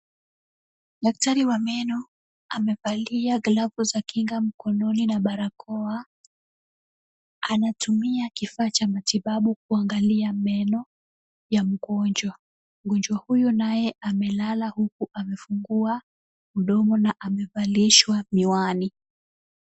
Daktari wa meno amevalia glavu za kinga mkononi na barakoa. Anatumia kifaa cha matibabu kuangalia meno ya mgonjwa. Mgonjwa huyo naye amelala huku amefungua mdomo na amevalishwa miwani.